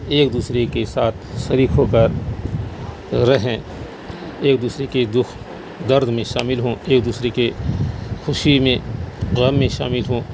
ایک دوسرے کے ساتھ شریک ہو کر رہیں ایک دوسرے کے دکھ درد میں شامل ہوں ایک دوسرے کے خوشی میں غم میں شامل ہوں